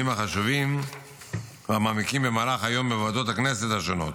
החשובים והמעמיקים במהלך היום בוועדות הכנסת השונות.